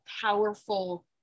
powerful